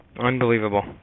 Unbelievable